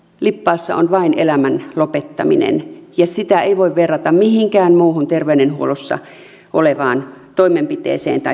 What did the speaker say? lippaassa on vain elämän lopettaminen ja sitä ei voi verrata mihinkään muuhun terveydenhuollossa olevaan toimenpiteeseen tai tutkimukseen